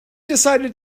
decided